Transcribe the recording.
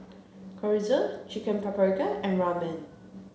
Chorizo Chicken Paprikas and Ramen